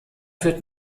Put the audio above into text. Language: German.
wird